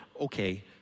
Okay